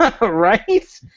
Right